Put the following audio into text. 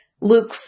Luke